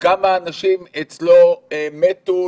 כמה אנשים אצלו מתו,